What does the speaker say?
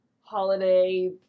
holiday